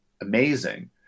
amazing